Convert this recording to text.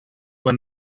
when